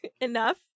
enough